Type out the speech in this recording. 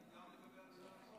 וגם לגבי ההצעה הזאת.